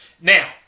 Now